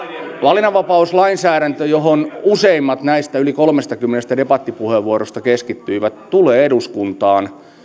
valinnanvapauslainsäädäntö johon useimmat näistä yli kolmestakymmenestä debattipuheenvuorosta keskittyivät tulee eduskuntaan